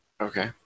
okay